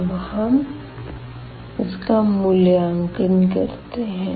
अब हम इसका मूल्यांकन करते है